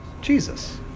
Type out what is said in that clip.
Jesus